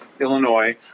Illinois